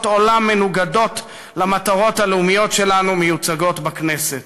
עולם שמנוגדות למטרות הלאומיות שלנו מיוצגים בכנסת.